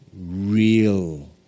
real